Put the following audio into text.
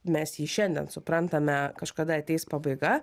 mes jį šiandien suprantame kažkada ateis pabaiga